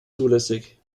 zulässig